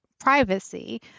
privacy